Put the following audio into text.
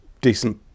decent